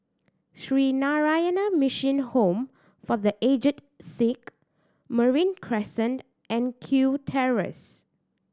Sree Narayana Mission Home for The Aged Sick Marine Crescent and Kew Terrace